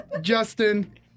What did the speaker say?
Justin